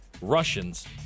Russians